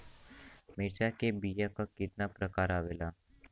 मिर्चा के बीया क कितना प्रकार आवेला?